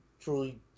truly